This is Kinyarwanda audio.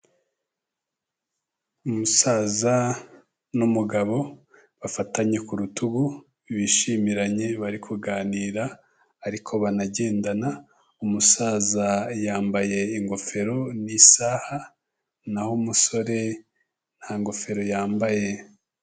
Umusaza n'umugabo bafatanye ku rutugu, bishimiranye bari kuganira ariko banagendana, umusaza yambaye ingofero n'isaha, naho umusore nta ngofero yambaye.